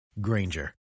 granger